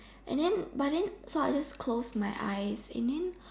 and then but then so I just closed my eyes and then